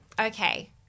okay